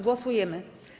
Głosujemy.